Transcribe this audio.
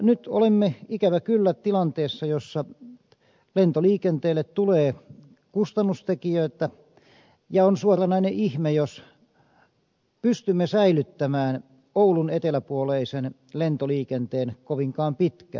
nyt olemme ikävä kyllä tilanteessa jossa lentoliikenteelle tulee kustannustekijöitä ja on suoranainen ihme jos pystymme säilyttämään oulun eteläpuoleisen lentoliikenteen kovinkaan pitkään